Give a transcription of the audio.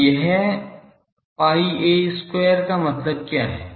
अब यह pi a square का मतलब क्या है